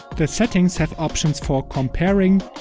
the settings have options for comparing,